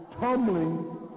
tumbling